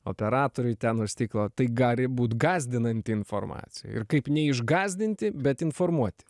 operatoriui ten už stiklo tai gali būt gąsdinanti informacija ir kaip ne išgąsdinti bet informuoti